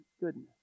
goodness